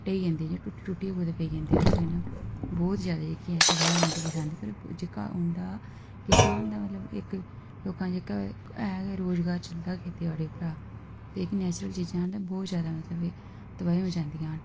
ढेई जंदे इ'यां त्रुट्टी त्रुट्टियै कुतै ओह् पेई जंदे जिस कन्नै बहुत जैदा जेह्की ऐ तबाही होई जंदी किसान दी पर जेह्का उंदा किसान दा मतलब इक लोकें दा जेह्का ऐ रोजगार चलदा गै खेती बाड़ी परा ते नैचुरल चीजां हैन ओह् जैदा मतलब कि तबाही मचांदियां न